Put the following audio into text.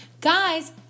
Guys